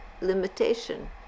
limitation